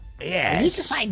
yes